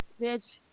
Bitch